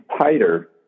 tighter